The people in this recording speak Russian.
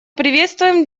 приветствуем